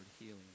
healing